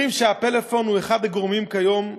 אומרים שהפלאפון הוא אחד הגורמים כיום.